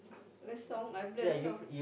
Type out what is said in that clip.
which song I play so